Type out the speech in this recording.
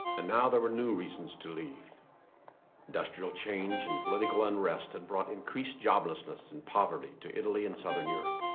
and now there were new reasons to leave dust real change and political unrest had and brought increased joblessness and poverty to italy in southern europe